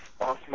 awesome